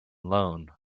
loan